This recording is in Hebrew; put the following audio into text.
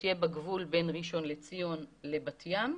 שתהיה בגבול בין ראשון לציון לבת ים,